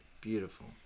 Beautiful